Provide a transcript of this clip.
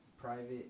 private